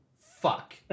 Fuck